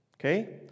Okay